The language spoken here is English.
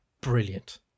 brilliant